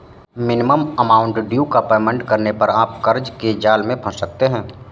minimum amount due का payment करने पर आप कर्ज के जाल में फंस सकते हैं